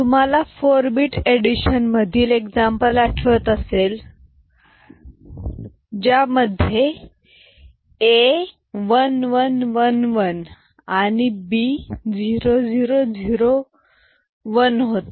तुम्हाला 4 bit addition मधील example आठवत असेल ज्यामध्ये A 1111 आणि B 0001 होता